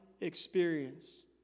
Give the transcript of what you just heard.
experience